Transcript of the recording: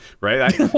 right